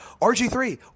RG3